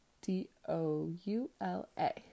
D-O-U-L-A